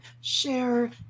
Share